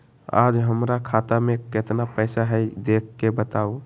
आज हमरा खाता में केतना पैसा हई देख के बताउ?